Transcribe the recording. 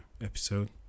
episode